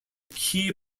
key